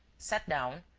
sat down,